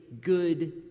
good